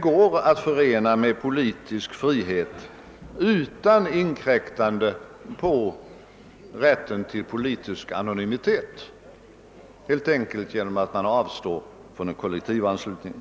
går att förena med politisk frihet utan inkräktande på rätten till politisk anonymitet, helt enkelt genom att man avstår från kollektivanslutning.